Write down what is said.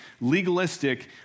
legalistic